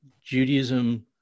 Judaism